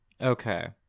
Okay